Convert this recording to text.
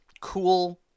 cool